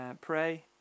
pray